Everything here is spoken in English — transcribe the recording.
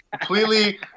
completely